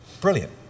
Brilliant